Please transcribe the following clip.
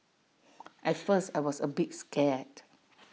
at first I was A bit scared